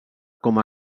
com